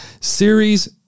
Series